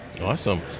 Awesome